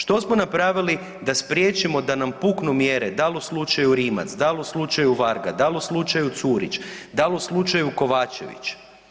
Što smo napravili da spriječimo da nam puknu mjere da li u slučaju Rimac, da li u slučaju Varga, da li u slučaju Curić, da li u slučaju Kovačević?